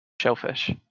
shellfish